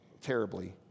terribly